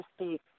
speak